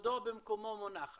כבודה במקומה מונח,